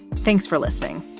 thanks for listening.